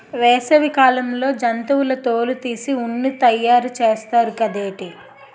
వేసవి కాలంలో జంతువుల తోలు తీసి ఉన్ని తయారు చేస్తారు గదేటి